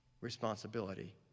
responsibility